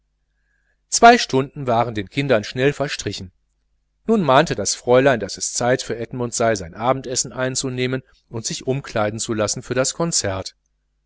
zwei stunden waren den kindern schnell verstrichen nun mahnte das fräulein daß es zeit für edmund sei sein abendessen einzunehmen und sich umkleiden zu lassen für das konzert